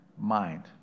mind